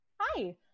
Hi